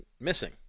missing